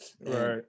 Right